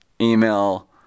email